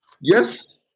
yes